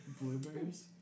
Blueberries